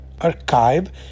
archive